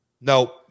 no